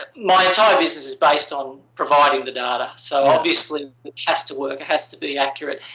but my entire business is based on providing the data. so, obviously, it has to work. it has to be accurate.